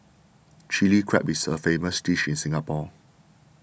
Chilli Crab is a famous dish in Singapore